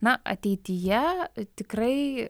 na ateityje tikrai